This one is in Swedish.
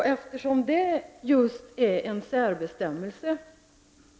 Detta är just en särbestämmelse.